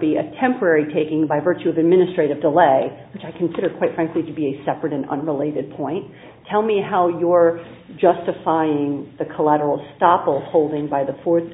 be a temporary taking by virtue of the ministry of delay which i consider quite frankly to be a separate and unrelated point tell me how your justifying the collateral stoffel holdings by the fourth